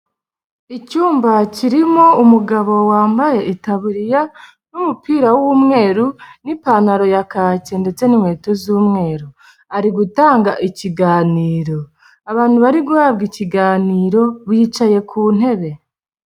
Icyumba kirimo umugabo wambaye itaburiya n'umupira w'umweru n'ipantaro ya kake ndetse n'inkweto z'umweru ari gutanga ikiganiro, abantu bari guhabwa ikiganiro bicaye ku ntebe.